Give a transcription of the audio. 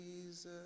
Jesus